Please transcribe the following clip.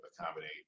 accommodate